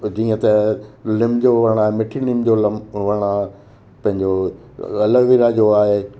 जीअं त लिम जो वणु आहे मिठी निम जो लम वणु आहे पंहिंजो एलोविरा जो आहे